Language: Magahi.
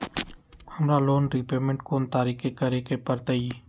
हमरा लोन रीपेमेंट कोन तारीख के करे के परतई?